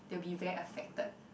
they will be very affected